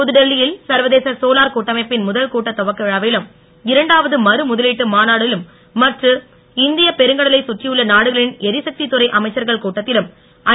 புதுடெல்லியில் சர்வதேச சோலார் கூட்டமைப்பின் முதல் கூட்டத் துவக்க விழாவிலும் இரண்டாவது மறு முதலீட்டு மாநாடு மற்றும் இந்திய பெருங்கடலை சுற்றியுள்ள நாடுகளின் எரிசக்தித்துறை அமைச்சர்கள் கூட்டத்திலும் ஐ